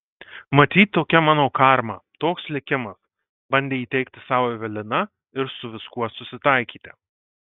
matyt tokia mano karma toks likimas bandė įteigti sau evelina ir su viskuo susitaikyti